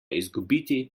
izgubiti